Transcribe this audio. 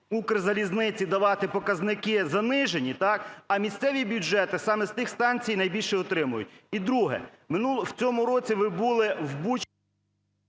"Укрзалізниці" давати показники занижені, а місцеві бюджети саме з тих станцій найбільше отримують. І друге, в цьому році ви були в...